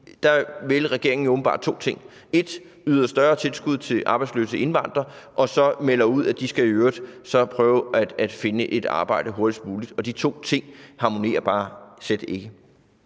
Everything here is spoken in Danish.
der vil regeringen jo åbenbart to ting, dels yde et større tilskud til arbejdsløse indvandrere, dels melder man ud, af de så i øvrigt skal prøve at finde et arbejde hurtigst muligt. Og de to ting harmonerer bare slet ikke.